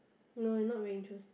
no not very interests